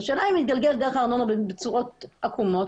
השאלה אם זה יתגלגל דרך הארנונה בצורות עקומות